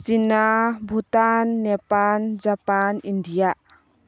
China Bhutan Nepal Japan India